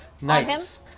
Nice